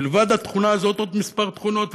מלבד התכונה הזאת עוד כמה תכונות.